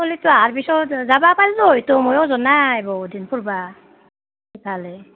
চ'লিটু অহাৰ পিছত যাব পাল্লু হৈতো ময়ো য' নাই বহুত দিন ফুৰিব সেইফালে